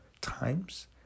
times